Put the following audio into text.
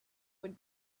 would